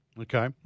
Okay